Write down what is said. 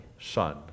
Son